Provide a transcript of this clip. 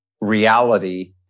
reality